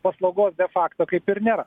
paslaugos de fakto kaip ir ne